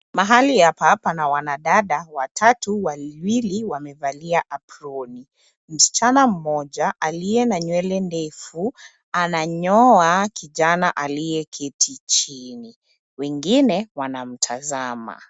Mahali hapa pana wanadada watatu, wawili wamevalia aproni. Msichana mmoja aliye na nywele ndefu ananyoa kijana aliyeketi chini. Wengine wanamtazama.